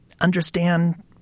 understand